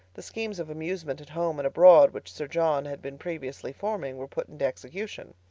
the schemes of amusement at home and abroad, which sir john had been previously forming, were put into execution.